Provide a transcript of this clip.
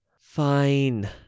Fine